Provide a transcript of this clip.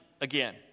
again